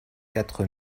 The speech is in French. quatre